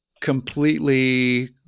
completely